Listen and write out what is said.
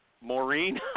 Maureen